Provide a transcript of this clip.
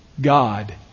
God